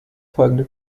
folgende